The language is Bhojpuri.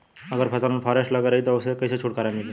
अगर फसल में फारेस्ट लगल रही त ओस कइसे छूटकारा मिली?